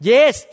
Yes